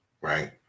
right